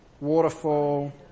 Waterfall